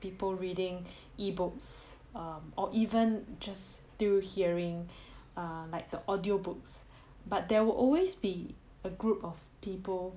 people reading E books or even just through hearing err like the audio books but there will always be a group of people